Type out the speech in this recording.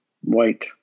white